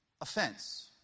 offense